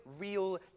real